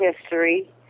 history